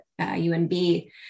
UNB